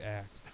act